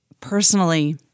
personally